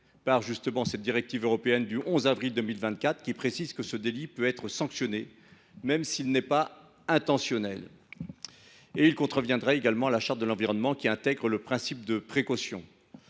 par le droit pénal, qui précise que ce délit peut être sanctionné même s’il n’est pas intentionnel. Il contrevient également à la Charte de l’environnement, qui intègre le principe de précaution.